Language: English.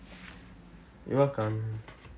you're welcome